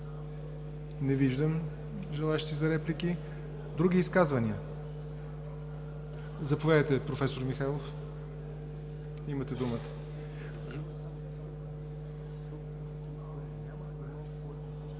Не виждам желаещи за реплики. Други изказвания? Заповядайте, проф. Михайлов, имате думата.